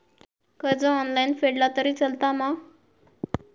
कर्ज ऑनलाइन फेडला तरी चलता मा?